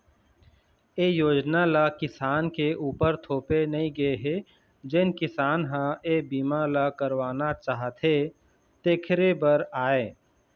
ए योजना ल किसान के उपर थोपे नइ गे हे जेन किसान ह ए बीमा ल करवाना चाहथे तेखरे बर आय